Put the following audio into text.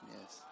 Yes